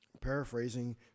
paraphrasing